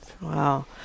Wow